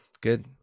good